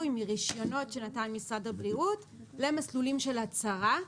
מרשיונות שנתן משרד הבריאות למסלולים של הצהרה,